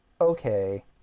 okay